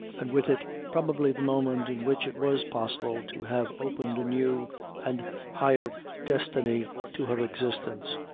and with it probably the moment in which it was possible to have opened a new and higher destiny to her existence.